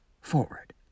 forward